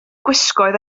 gwisgoedd